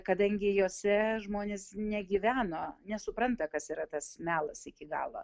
kadangi jose žmonės negyveno nesupranta kas yra tas melas iki galo